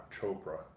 Chopra